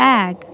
Bag